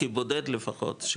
של בודד לפחות,